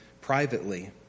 privately